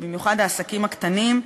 ובמיוחד העסקים הקטנים,